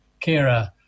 Kira